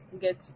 get